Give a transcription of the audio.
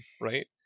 right